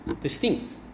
distinct